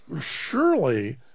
surely